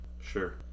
Sure